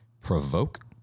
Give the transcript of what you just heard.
Provoke